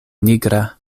nigra